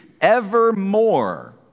evermore